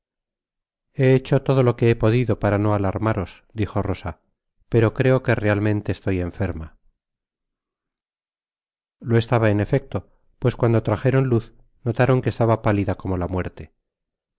he hecho todo lo que he podido para no alarmaros dijo rosa pero creo que realmente estoy enferma lo estaba en efecto pues cuando trajeron luz notaron que estaba pálida conio la muerte